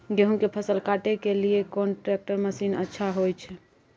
गेहूं के फसल काटे के लिए कोन ट्रैक्टर मसीन अच्छा होय छै?